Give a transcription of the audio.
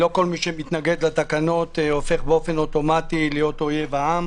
לא כל מי שמתנגד לתקנות הופך להיות אויב העם.